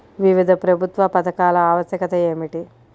వివిధ ప్రభుత్వా పథకాల ఆవశ్యకత ఏమిటి?